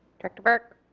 director burke